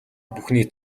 бүхний